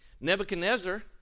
Nebuchadnezzar